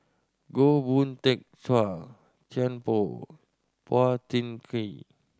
Goh Boon Teck Chua Thian Poh Phua Thin Kiay